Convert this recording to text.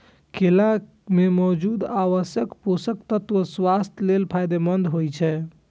केला मे मौजूद आवश्यक पोषक तत्व स्वास्थ्य लेल फायदेमंद होइ छै